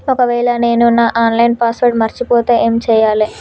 ఒకవేళ నేను నా ఆన్ లైన్ పాస్వర్డ్ మర్చిపోతే ఏం చేయాలే?